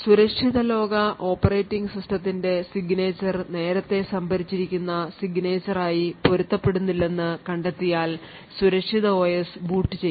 സുരക്ഷിത ഓപ്പറേറ്റിംഗ് സിസ്റ്റത്തിന്റെ signature നേരത്തെ സംഭരിച്ചിരിക്കുന്ന signature ആയി പൊരുത്തപ്പെടുന്നില്ലെന്ന് കണ്ടെത്തിയാൽ സുരക്ഷിത OS ബൂട്ട് ചെയ്യില്ല